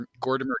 gordimer